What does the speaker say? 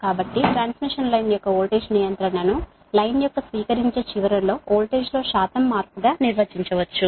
కాబట్టి transmission line యొక్క voltage regulation ను లైన్ యొక్క స్వీకరించే చివరలో వోల్టేజ్ శాతం మార్పుగా నిర్వచించవచ్చు